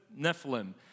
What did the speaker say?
Nephilim